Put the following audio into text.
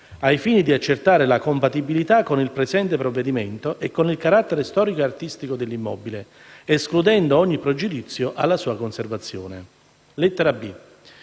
ai fini di accertarne la compatibilità con il presente provvedimento e con il carattere storico o artistico dell'immobile, escludendo ogni pregiudizio alla sua conservazione. Alla